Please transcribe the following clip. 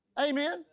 Amen